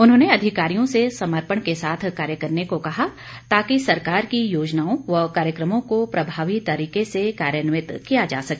उन्होंने अधिकारियों से समर्पण के साथ कार्य करने को कहा ताकि सरकार की योजनाओं व कार्यक्रमों को प्रभावी तरीके से कार्यान्वित किया जा सके